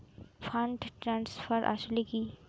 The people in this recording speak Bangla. ফান্ড ট্রান্সফার আসলে কী?